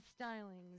stylings